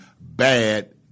bad